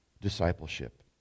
discipleship